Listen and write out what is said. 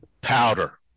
powder